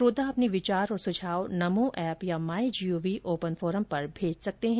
आप भी अपने विचार और सुझाव नमो ऐप या माई जीओवी ओपन फोरम पर भेज सकते हैं